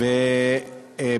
אז צריך להגיע הביתה.